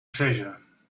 treasure